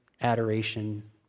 adoration